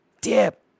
Dip